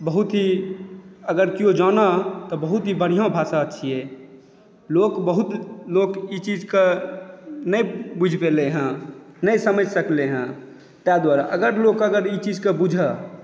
बहुत ही अगर किओ जानए तऽ बहुत ही बढ़िआँ भाषा छियै लोक बहुत लोक ई चीजकेँ नहि बुझि पयलै हेँ नहि समझि सकलै हेँ ताहि दुआरे अगर लोक अगर ई चीजके बुझय